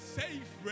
safe